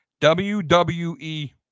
WWE